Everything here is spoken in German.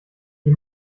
die